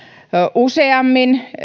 useammin